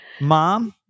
mom